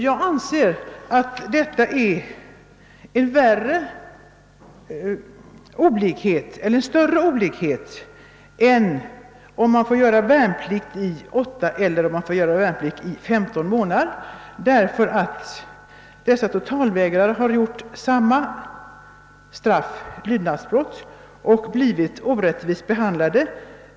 Jag anser att detta är en större olikhet än om man får fullgöra värnplikt i åtta eller femton månader. Totalvägrarna har gjort sig skyldiga till samma lydnadsbrott men blivit olika dömda beträffande straffets längd.